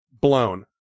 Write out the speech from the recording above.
blown